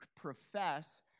profess